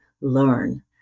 learn